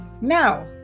Now